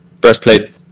Breastplate